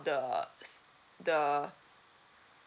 the s~ the